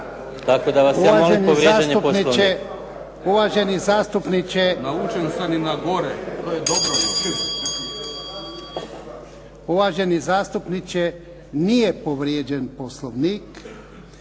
Tako da vas ja molim povrijeđen je Poslovnik.